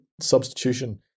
substitution